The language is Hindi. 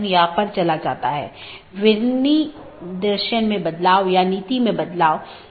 यह ओपन अपडेट अधिसूचना और जीवित इत्यादि हैं